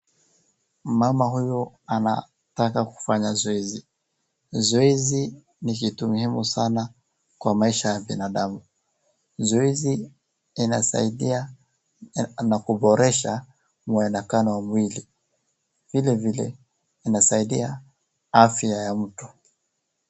Mama huyu anapenda kufanya zoezi. Zoezi ni kitu muhimu sana kwa maisha ya binadamu. Zoezi inasaidia anapoboresha mwonekano wa mwili. Vilevile inasaidia afya ya mtu.